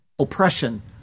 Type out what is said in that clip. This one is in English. oppression